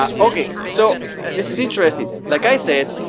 um okay so this is interesting. like i said,